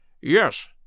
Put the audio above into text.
Yes